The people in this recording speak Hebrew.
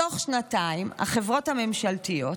תוך שנתיים החברות הממשלתיות